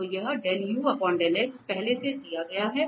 तो यह पहले से ही दिया गया है